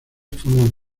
forman